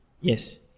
Yes